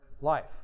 life